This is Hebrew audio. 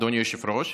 אדוני היושב-ראש,